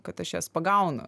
kad aš jas pagaunu